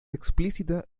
explícita